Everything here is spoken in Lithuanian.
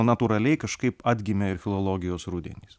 natūraliai kažkaip atgimė ir filologijos rudenis